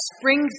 spring